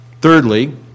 Thirdly